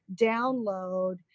download